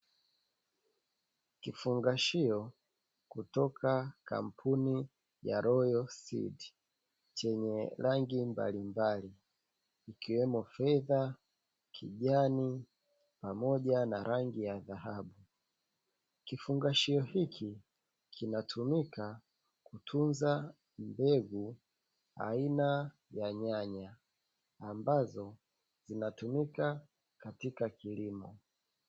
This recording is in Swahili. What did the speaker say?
Kifungashio kutoka kampuni ya "Royal Seed" chenye rangi mbalimbali ikiwemo fedha, kijani pamoja na rangi ya dhahabu. Kifungashio hiki kinatumika kutunza mbegu aina ya nyanya, ambazo zinatumika katika kilimo.